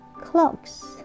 clocks